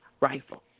rifle